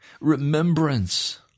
remembrance